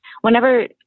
whenever